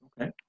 Okay